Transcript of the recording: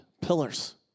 pillars